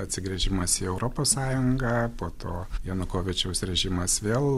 atsigręžimas į europos sąjungą po to janukovyčiaus režimas vėl